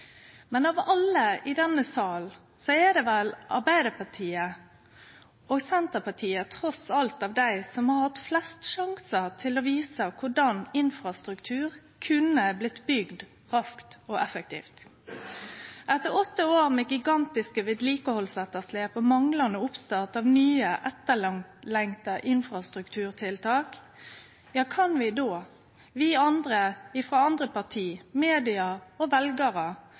Men av alle i denne salen er vel Arbeidarpartiet og Senterpartiet trass alt av dei som har hatt flest sjansar til å vise korleis infrastruktur kan byggjast raskt og effektivt. Etter åtte år med gigantiske vedlikehaldsetterslep og manglande oppstart av nye, etterlengta infrastrukturtiltak – kan vi då, vi frå andre parti, media og veljarar,